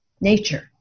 nature